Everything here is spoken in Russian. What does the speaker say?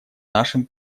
нашем